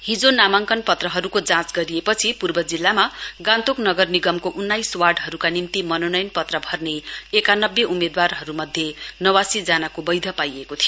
हिजो नामाङकन पत्रहरूको जाँच गरिएपछि पूर्व जिल्लामा गान्तोक नगर निगमको उन्नाइस वार्डहरूका निम्ति मनोनयन पत्र भर्ने एकानब्बे उम्मेदवारहरूमध्ये नवासी जनाको बैध पाइएको थियो